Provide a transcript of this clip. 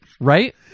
Right